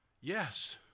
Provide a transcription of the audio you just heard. Yes